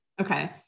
okay